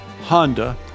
Honda